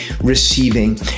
receiving